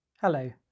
Hello